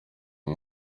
iyi